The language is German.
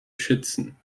schützen